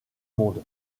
monde